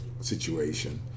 situation